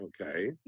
Okay